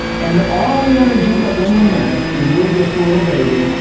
and all the energy that went in there, when you were just a little baby,